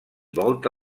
volta